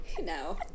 No